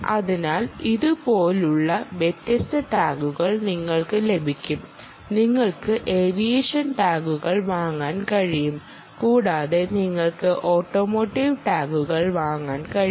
അതിനാൽ ഇതുപോലുള്ള വ്യത്യസ്ത ടാഗുകൾ നിങ്ങൾക്ക് ലഭിക്കും നിങ്ങൾക്ക് ഏവിയേഷൻ ടാഗുകൾ വാങ്ങാൻ കഴിയും കൂടാതെ നിങ്ങൾക്ക് ഓട്ടോമോട്ടീവ് ടാഗുകൾ വാങ്ങാൻ കഴിയും